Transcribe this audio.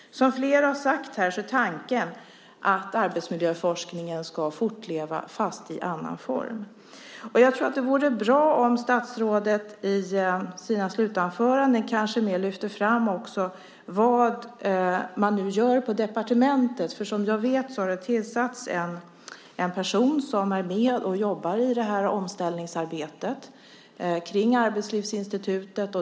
Flera har sagt att tanken är att arbetsmiljöforskningen ska fortleva fast i annan form. Det vore bra om statsrådet i sina slutanföranden lyfte fram vad man gör på departementet. Vad jag vet har det tillsatts en person som är med i omställningsarbetet kring Arbetslivsinstitutet.